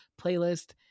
playlist